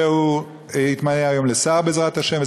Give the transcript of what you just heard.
והוא יתמנה היום לשר, בעזרת השם.